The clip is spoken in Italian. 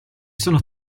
sono